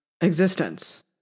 existence